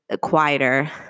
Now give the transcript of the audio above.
quieter